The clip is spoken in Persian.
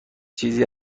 چیزی